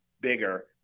bigger